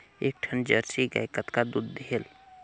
एक ठन जरसी गाय कतका दूध देहेल?